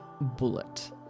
bullet